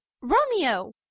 Romeo